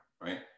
right